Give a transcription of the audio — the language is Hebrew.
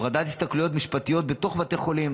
הפרדת הסתכלויות משפטיות בתוך בתי החולים